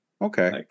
Okay